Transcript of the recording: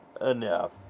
Enough